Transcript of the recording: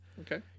Okay